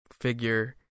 figure